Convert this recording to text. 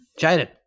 Jaden